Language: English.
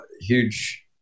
huge